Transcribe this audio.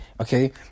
Okay